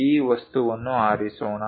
ಈ ವಸ್ತುವನ್ನು ಆರಿಸೋಣ